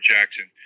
Jackson